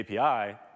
API